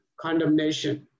condemnation